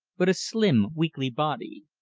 but a slim, weakly body.